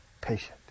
patient